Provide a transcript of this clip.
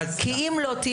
כי אם לא,